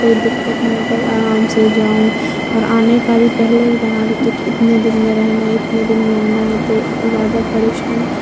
کوئی دقت نہ مطلب آرام سے جاؤں اور آنے کا بھی پہلے ہی بنا لیتی ہوں کہ اتنے دن میں رہنا ہے اتنے دن میں آنا ہے تو زیادہ پریشانی